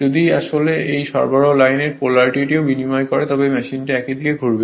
যদি আসলে এই সরবরাহ লাইনের পোলারিটিও বিনিময় করে মেশিন একই দিকে ঘুরবে